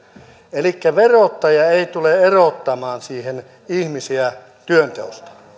elikkä verottaja ei tule siihen erottamaan ihmisiä työnteosta